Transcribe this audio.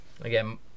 Again